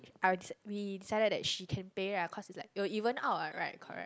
I we decided that she can pay ah cause it's like it will even out what right correct